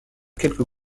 quelques